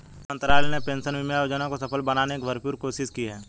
वित्त मंत्रालय ने पेंशन बीमा योजना को सफल बनाने की भरपूर कोशिश की है